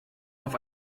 auf